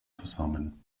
zusammen